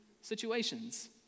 situations